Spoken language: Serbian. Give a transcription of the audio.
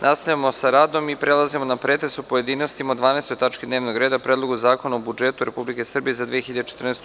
Nastavljamo rad i prelazimo na pretres u pojedinostima o 12. tački dnevnog reda – PREDLOGU ZAKONA O BUDžETU REPUBLIKE SRBIJE ZA 2014.